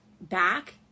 back